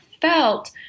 felt